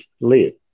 live